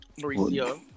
mauricio